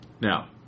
Now